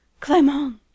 Clement